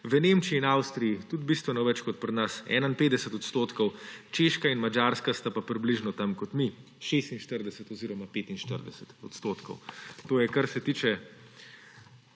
v Nemčiji in Avstriji tudi bistveno več kot pri nas – 51 odstotkov, Češka in Madžarska pa sta pa približno tam kot mi – 46 oziroma 45 odstotkov. To je, kar se tiče